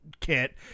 Kit